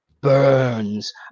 burns